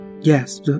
yes